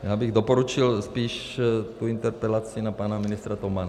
Já bych doporučil spíš tu interpelaci na pana ministra Tomana.